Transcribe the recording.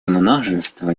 множество